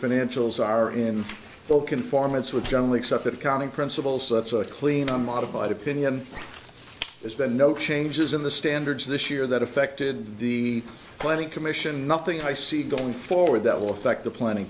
financials are in full conformance with generally accepted accounting principles that's a clean on modified opinion there's been no changes in the standards this year that affected the planning commission nothing i see going forward that will affect the pl